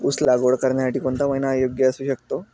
ऊस लागवड करण्यासाठी कोणता महिना योग्य असू शकतो?